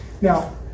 Now